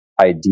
idea